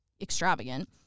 extravagant